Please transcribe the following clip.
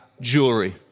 jewelry